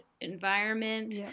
environment